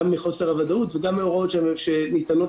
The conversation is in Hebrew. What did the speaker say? גם בחוסר הוודאות וגם מההוראות שלנו שניתנות